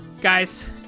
Guys